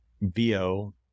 VO